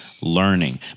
learning